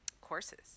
courses